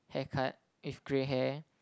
hair cut if grey hair